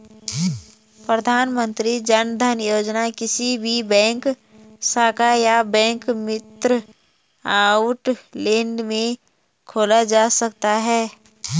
प्रधानमंत्री जनधन योजना किसी भी बैंक शाखा या बैंक मित्र आउटलेट में खोला जा सकता है